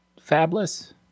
fabulous